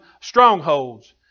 strongholds